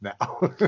now